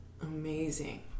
amazing